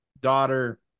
daughter